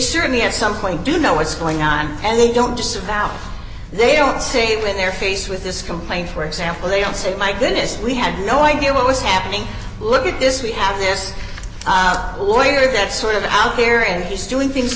certainly at some point do know what's going on and they don't just about they don't say when they're faced with this complaint for example they all say my goodness we had no idea what was happening look at this we have this lawyer that sort of out here and he's doing things